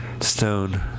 Stone